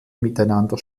miteinander